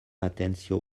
atenció